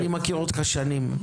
אני מכיר אותך שנים,